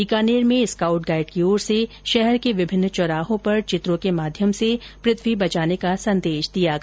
बीकानेर में scout guide की ओर से शहर के विभिन्न चौराहों पर चित्रों के माध्यम से पृथ्वी बचाने का संदेश दिया गया